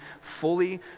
fully